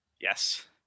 yes